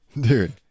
Dude